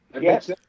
Yes